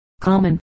common